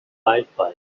wildfire